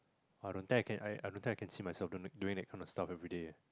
I don't think I can I I don't think I can see myself doing doing that kind of stuff everyday ah